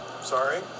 Sorry